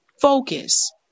focus